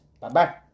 Bye-bye